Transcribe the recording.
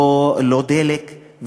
לא דלק,